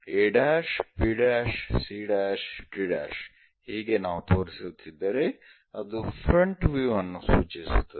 a' b' c' d' ಹೀಗೆ ನಾವು ತೋರಿಸುತ್ತಿದ್ದರೆ ಅದು ಫ್ರಂಟ್ ವ್ಯೂ ಅನ್ನು ಸೂಚಿಸುತ್ತದೆ